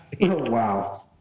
wow